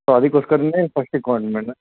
so ಅದಕ್ಕೋಸ್ಕರ ನಿಮಗೆ ಫಸ್ಟಿಗೆ ಕಾಲ್ ಮಾಡಿದ್ದು